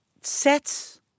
sets